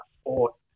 sport